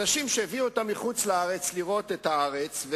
אנשים שהביאו אותם מחוץ-לארץ לראות את הארץ,